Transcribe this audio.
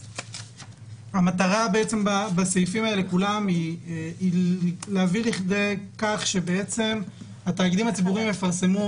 המטרה בסעיפים האלה כולם להביא לידי כך שהתאגידים הציבוריים יפרסמו